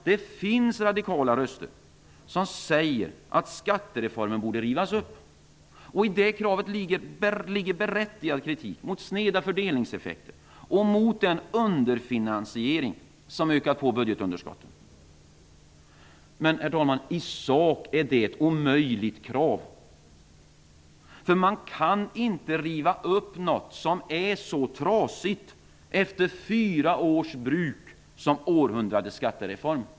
Det finns radikala röster som säger att skattereformen borde rivas upp. I det kravet ligger berättigad kritik mot sneda fördelningseffekter och mot den underfinansiering som ökat budgetunderskotten. I sak är det dock ett omöjligt krav. Man kan ju inte riva upp något som efter fyra års bruk är så trasigt som århundradets skattereform är.